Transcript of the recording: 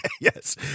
yes